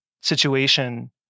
situation